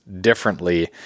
differently